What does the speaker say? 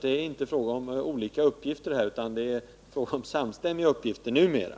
Det är inte fråga om olika uppgifter, utan det är numera fråga om samstämmiga uppgifter.